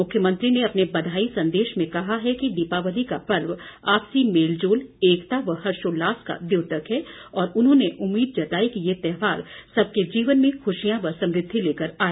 मुख्यमंत्री ने अपने बधाई संदेश में कहा कि दीपावली का पर्व आपसी मेलजोल एकता व हर्षोल्लास का द्योतक है और उन्होंने उम्मीद जताई कि यह त्यौहार सबके जीवन में खुशियां व समृद्धि लेकर आए